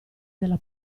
della